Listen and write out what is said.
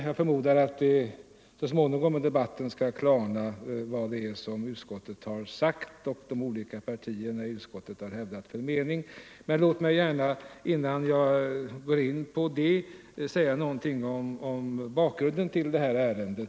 Jag förmodar att det under debattens gång skall bli klart vilka meningar utskottet och de olika partierna i utskottet har hävdat. Låt mig, innan jag går in på det, säga någonting om bakgrunden till detta ärende.